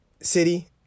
city